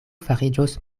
fariĝos